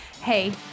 Hey